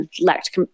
lacked